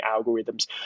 algorithms